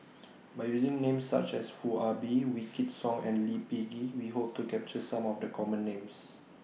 By using Names such as Foo Ah Bee Wykidd Song and Lee Peh Gee We Hope to capture Some of The Common Names